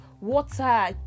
water